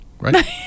right